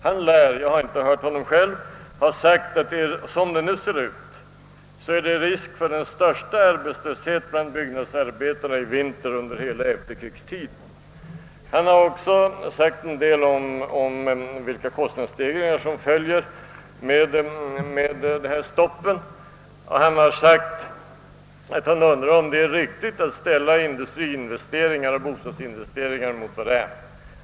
Han lär — jag har inte hört honom själv — ha sagt att det som det nu ser ut i vinter är det risk för den största arbetslösheten bland byggnadsarbetare under hela efterkrigstiden. Han har också yttrat en del om vilka kostnadsstegringar som följer med dessa stopp, och han har undrat om det är lämpligt att ställa industriinvesteringar och bostadsinvesteringar mot varandra.